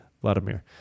vladimir